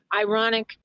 ironic